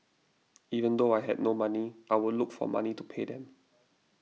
even though I had no money I would look for money to pay them